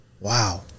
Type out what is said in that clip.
Wow